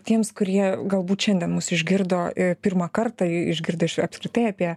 tiems kurie galbūt šiandien mus išgirdo pirmą kartą išgirdę apskritai apie